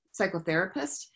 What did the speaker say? psychotherapist